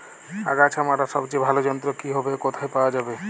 আগাছা মারার সবচেয়ে ভালো যন্ত্র কি হবে ও কোথায় পাওয়া যাবে?